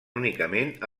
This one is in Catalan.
únicament